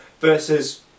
versus